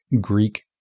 Greek